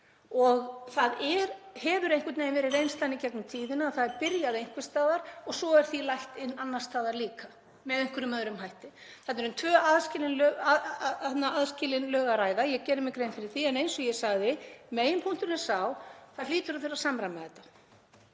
Það hefur einhvern veginn verið reynslan í gegnum tíðina að það er byrjað einhvers staðar og svo er því lætt inn annars staðar með einhverjum öðrum hætti. Þarna er um tvö aðskilin lög að ræða, ég geri mér grein fyrir því. En eins og ég sagði, meginpunkturinn er þessi: Það hlýtur að þurfa að samræma þetta.